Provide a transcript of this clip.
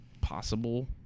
possible